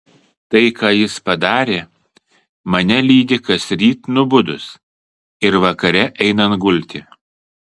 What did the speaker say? tai ką jis padarė mane lydi kasryt nubudus ir vakare einant gulti